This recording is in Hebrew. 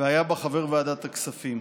והיה בה חבר ועדת הכספים.